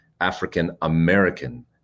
African-American